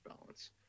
balance